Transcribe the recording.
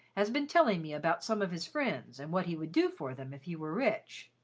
has been telling me about some of his friends, and what he would do for them if he were rich.